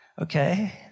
okay